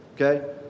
Okay